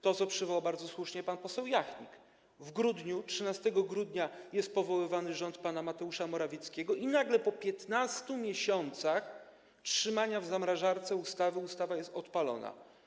To, co przywołał bardzo słusznie pan poseł Jachnik: w grudniu - 13 grudnia - jest powoływany rząd pana Mateusza Morawieckiego i nagle po 15 miesiącach trzymania w zamrażarce ustawy ustawa jest odpalona.